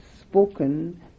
spoken